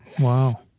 Wow